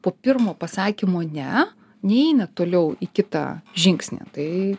po pirmo pasakymo ne neina toliau į kitą žingsnį tai